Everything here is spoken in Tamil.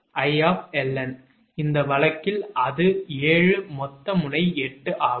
𝐼 𝐿𝑁 இந்த வழக்கில் அது 7 மொத்த முனை 8 ஆகும்